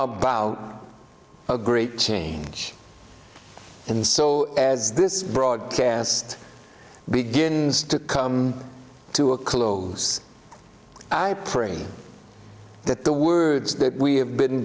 about a great change and so as this broadcast begins to come to a close i pray that the words that we have been